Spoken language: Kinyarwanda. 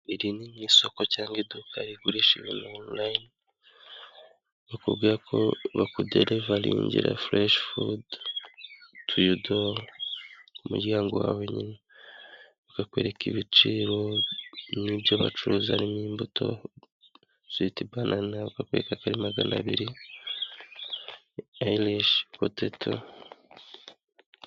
Iri ni nk'isoko cyangwa iduka rigurisha ibintu onurayini, aho bakubwira ko bakuderivaringira fureshi fudu tu yo do, ku muryango wawe nyine, bakakwereka ibiciro n'ibyo bacuruza harimo imbuto, switi banana, bakakwereka ko ari magana abiri, ayirishi poteto.